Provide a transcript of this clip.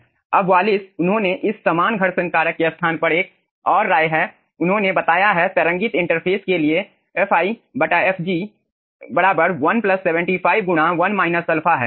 अब वालिस उन्होंने इस समान घर्षण कारक के स्थान पर एक और राय है उन्होंने बताया है तरंगित इंटरफ़ेस के लिए fi fg 1 75 1 α है